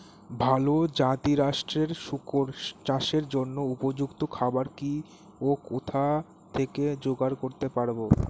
ভালো জাতিরাষ্ট্রের শুকর চাষের জন্য উপযুক্ত খাবার কি ও কোথা থেকে জোগাড় করতে পারব?